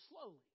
slowly